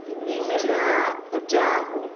जाहू